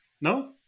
No